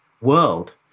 world